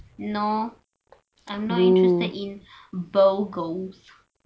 no I'm not interested in burgers